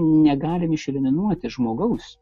negalim išeliminuoti žmogaus